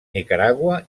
nicaragua